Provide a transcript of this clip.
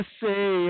say